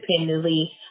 independently